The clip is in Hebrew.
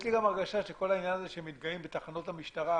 יש לי גם הרגשה שכל העניין שמתגאים בתחנות המשטרה,